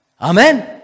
Amen